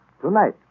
tonight